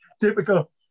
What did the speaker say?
typical